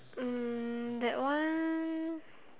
um that one